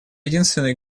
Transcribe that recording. единственной